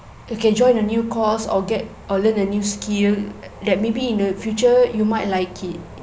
you can join a new course or get or learn a new skill that maybe in the future you might like it